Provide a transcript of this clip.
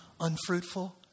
unfruitful